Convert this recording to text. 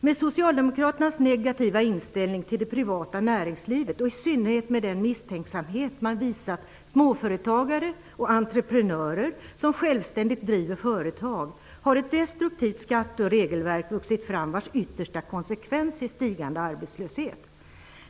Med socialdemokraternas negativa inställning till det privata näringslivet och i synnerhet med den misstänksamhet man visat småföretagare och entreprenörer som självständigt driver företag, har ett destruktivt skattesystem och regelverk vuxit fram vars yttersta konsekvens är stigande arbetslöshet.